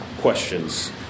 questions